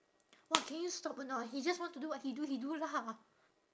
!wah! can you stop or not he just want to do what he do he do lah